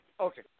Okay